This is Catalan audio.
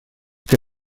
que